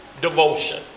devotion